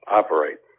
operate